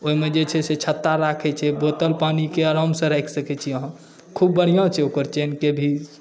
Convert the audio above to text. ओहिमे जे छै से छत्ता राखै छै बोतल पानीके आरामसँ राखि सकै छी अहाँ खूब बढ़िआँ छै ओकर चेनके भी